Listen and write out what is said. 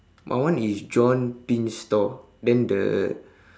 my one is john pin store then the